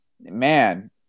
Man